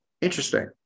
Interesting